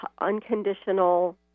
unconditional